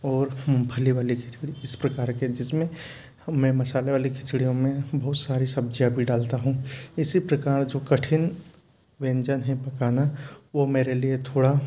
और मूंगफली वाली खिचड़ी इस प्रकार के जिसमें मैं मसाले वाली खिचड़ियों में बहुत सारी सब्जियां भी डालता हूँ इसी प्रकार जो कठिन व्यंजन है पकाना वो मेरे लिए थोड़ा